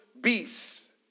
beasts